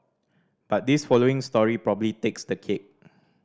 but this following story probably takes the cake